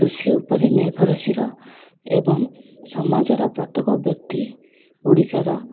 କୃଷି ଉପରେ ନିର୍ଭରଶୀଳ ଏବଂ ସମାଜର ପ୍ରତ୍ୟେକ ବ୍ୟକ୍ତି ଓଡ଼ିଶାର